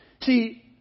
See